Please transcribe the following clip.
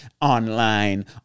online